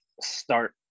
start